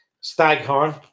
Staghorn